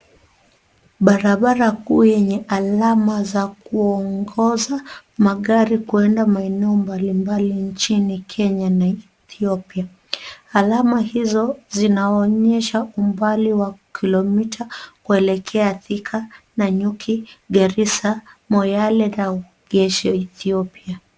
Barabara kuu yenye alama za kuongoza magari kuenda maeneo mbalimbali nchini Kenya na Ethiopia. Alama hizo zinaonyesha umbali wa kilomita kuelekea Thika, Nanyuki, Garissa, Moyale na Habesha, Ethiopia.